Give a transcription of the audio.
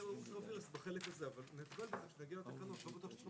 נגיע לתקנות.